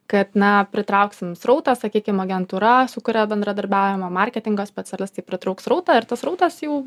kad na pritrauksim srautą sakykim agentūra sukuria bendradarbiavimo marketingo specialistai pritrauks srautą ir tas srautas jau